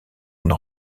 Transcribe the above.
une